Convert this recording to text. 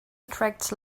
attracts